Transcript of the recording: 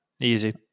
easy